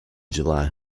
july